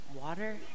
water